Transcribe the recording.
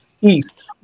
East